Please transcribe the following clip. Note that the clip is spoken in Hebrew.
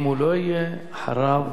אם הוא לא יהיה, אחריו,